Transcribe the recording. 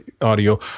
audio